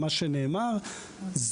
נכון.